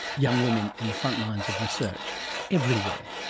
young women in the frontlines of research everywhere.